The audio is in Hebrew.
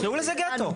תקראו לזה גטו.